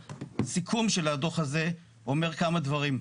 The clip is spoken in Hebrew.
הסיכום של הדוח הזה, אומר כמה דברים,